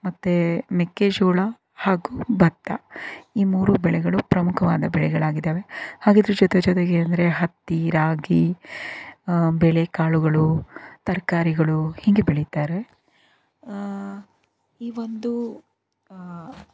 ಮತ್ತೆ ಮೆಕ್ಕೆಜೋಳ ಹಾಗೂ ಭತ್ತ ಈ ಮೂರು ಬೆಳೆಗಳು ಪ್ರಮುಖವಾದ ಬೆಳೆಗಳಾಗಿದ್ದಾವೆ ಹಾಗೆ ಇದರ ಜೊತೆಜೊತೆಗೆ ಅಂದರೆ ಹತ್ತಿ ರಾಗಿ ಬೇಳೆಕಾಳುಗಳು ತರಕಾರಿಗಳು ಹೀಗೆ ಬೆಳಿತಾರೆ ಈ ಒಂದು